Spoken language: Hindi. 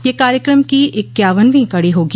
यह कार्यक्रम की इक्यावनवीं कड़ी होगी